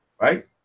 right